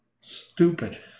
Stupid